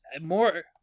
More